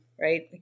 Right